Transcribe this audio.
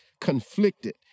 conflicted